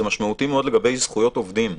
משמעותי מאוד לגבי זכויות עובדים.